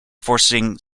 forcing